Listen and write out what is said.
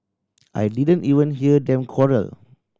I didn't even hear them quarrel